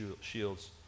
shields